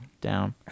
down